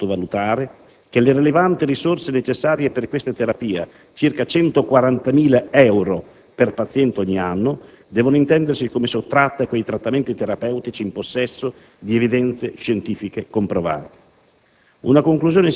non è, inoltre, da sottovalutare che le rilevanti risorse necessarie per questa terapia (circa 140.000 euro per paziente ogni anno) devono intendersi come sottratte a quei trattamenti terapeutici in possesso di evidenze scientifiche comprovate.